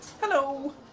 Hello